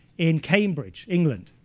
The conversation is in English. in cambridge, england.